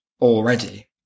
already